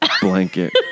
blanket